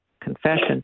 confession